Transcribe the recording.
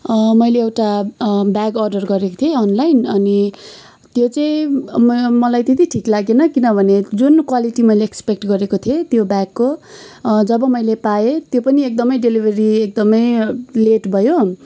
मैले एउटा bag order गरेको थिएँ अनलाइन अनि त्यो चाहिँ मलाई त्यति ठिक लागेन किनभने जुन क्वालिटी मैले एक्सपेक्ट गरेको थिएँ त्यो ब्यागको जब मैले पाएँ त्यो पनि एकदमै डेलिभेरी एकदमै लेट भयो